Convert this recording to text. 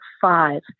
five